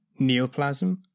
neoplasm